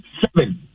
seven